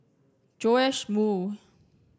Joash Moo